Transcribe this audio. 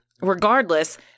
regardless